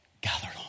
gathered